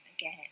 again